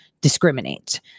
discriminate